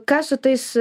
ką su tais